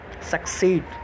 succeed